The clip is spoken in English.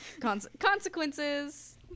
consequences